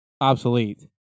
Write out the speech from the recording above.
Obsolete